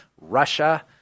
Russia